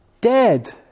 dead